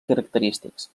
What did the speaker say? característics